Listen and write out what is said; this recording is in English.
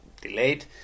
delayed